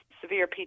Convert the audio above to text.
severe